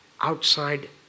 Outside